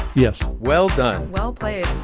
yes well done well played